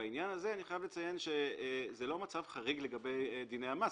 בעניין הזה אני חייב לציין שזה לא מצב חריג לגבי דיני המס.